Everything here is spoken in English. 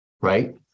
right